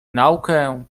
naukę